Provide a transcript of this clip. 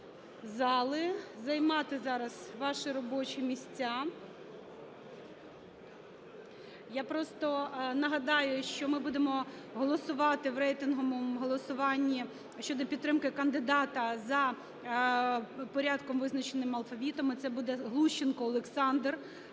зали, займати зараз ваші робочі місця. Я просто нагадаю, що ми будемо голосувати в рейтинговому голосуванні щодо підтримки кандидата за порядком, визначеним алфавітом. Це буде Глущенко Олександр,